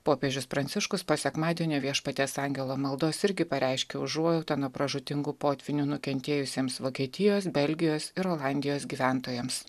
popiežius pranciškus po sekmadienio viešpaties angelo maldos irgi pareiškė užuojautą nuo pražūtingų potvynių nukentėjusiems vokietijos belgijos ir olandijos gyventojams